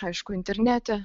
aišku internete